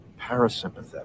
parasympathetic